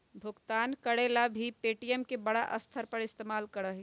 भुगतान करे ला भी पे.टी.एम के बड़ा स्तर पर इस्तेमाल करा हई